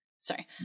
Sorry